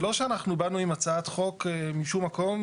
זה לא שאנחנו באנו עם הצעת חוק משום מקום